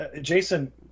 Jason